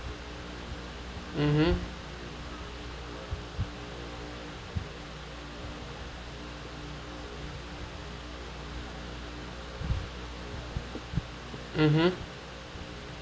mmhmm mmhmm